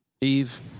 Eve